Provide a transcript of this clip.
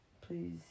please